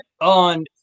on –